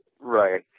Right